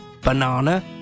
banana